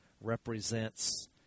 represents